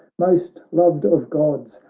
most loved of gods,